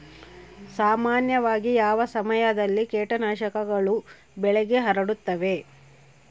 ಸಾಮಾನ್ಯವಾಗಿ ಯಾವ ಸಮಯದಲ್ಲಿ ಕೇಟನಾಶಕಗಳು ಬೆಳೆಗೆ ಹರಡುತ್ತವೆ?